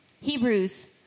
Hebrews